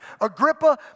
Agrippa